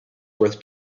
worth